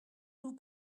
nous